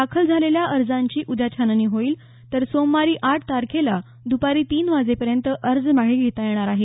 दाखल झालेल्या अर्जांची उद्या छाननी होईल तर सोमवारी आठ तारखेला दुपारी तीन वाजेपर्यंत अर्ज मागे घेता येणार आहेत